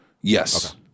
Yes